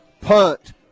punt